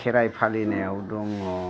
खेराइ फालिनायाव दङ